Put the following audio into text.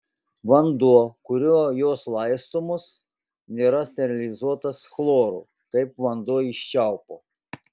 vanduo kuriuo jos laistomos nėra sterilizuotas chloru kaip vanduo iš čiaupo